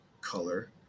color